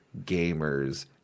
gamers